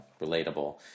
relatable